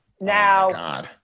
Now